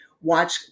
watch